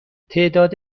تعداد